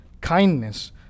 kindness